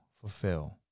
fulfill